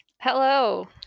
Hello